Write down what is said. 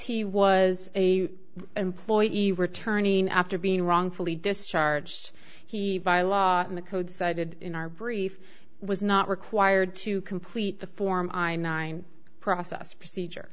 he was a employee returning after being wrongfully discharged he by law in the code cited in our brief was not required to complete the form i'm nine process procedure